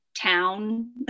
town